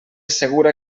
segura